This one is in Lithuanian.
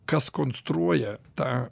kas konstruoja tą